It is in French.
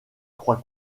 croît